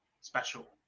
special